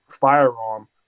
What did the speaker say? firearm